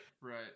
Right